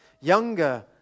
younger